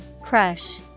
Crush